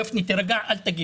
גפני, תירגע, אל תגיב.